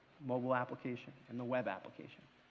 mobile application and the web application.